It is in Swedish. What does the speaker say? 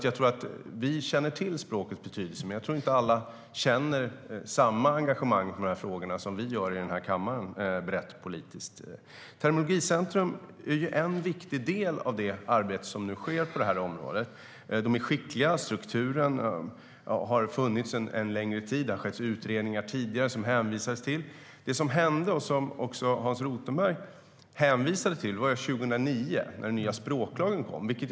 Jag tror alltså att vi känner till språkets betydelse, men jag tror inte att alla känner samma engagemang i de här frågorna som vi brett politiskt i den här kammaren gör. Terminologicentrum är en viktig del av det arbete som nu sker på området. De är skickliga, och strukturen har funnits en längre tid. Det har gjorts utredningar tidigare, vilket det hänvisades till. Det som hände, vilket Hans Rothenberg hänvisade till, var att den nya språklagen kom 2009.